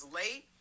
late